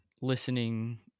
listening